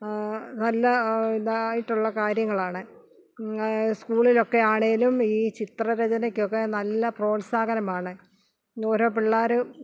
നല്ല ഇതായിട്ടുള്ള കാര്യങ്ങളാണ് സ്കൂളിലൊക്കെ ആണെങ്കിലും ഈ ചിത്രരചനക്കൊക്കെ നല്ല പ്രോത്സാഹനമാണ് ഓരോ പിള്ളേർ